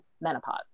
menopause